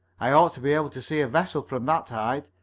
i ought to be able to see a vessel from that height.